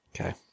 Okay